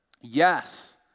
yes